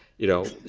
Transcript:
you know,